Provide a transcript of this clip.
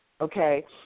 okay